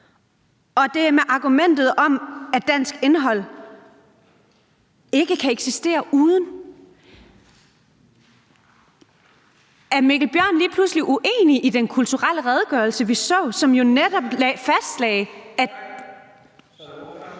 Og det er med argumentet om, at dansk indhold ikke kan eksistere uden. Er Mikkel Bjørn lige pludselig uenig i den kulturelle redegørelse, vi så, og som jo netop fastlagde, at ...